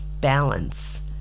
balance